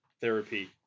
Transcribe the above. therapy